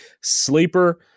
sleeper